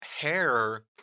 hair